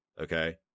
Okay